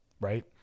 right